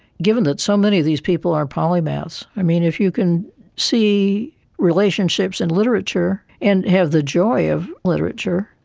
given that so many of these people are polymaths, i mean, if you can see relationships in literature and have the joy of literature,